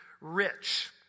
rich